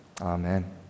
Amen